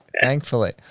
thankfully